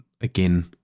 again